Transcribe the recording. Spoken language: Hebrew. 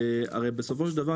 הרי בסופו של דבר,